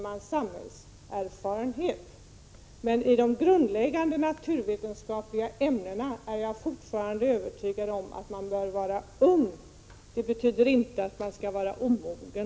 Men i de grundläggande naturvetenskapliga ämnena bör man -— det är jag fortfarande övertygad om — vara ung. Det betyder inte att man skall vara omogen.